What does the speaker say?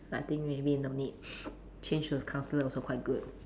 but I think maybe in the mid change to counsellor also quite good